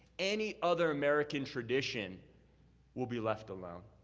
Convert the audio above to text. any other american tradition will be left alone.